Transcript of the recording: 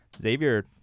Xavier